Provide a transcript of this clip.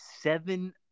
seven